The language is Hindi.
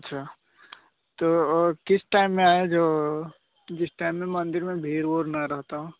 अच्छा तो वो किस टाइम में आएँ जो जिस टाइम में मंदिर में भीड़ उड़ ना रहती हो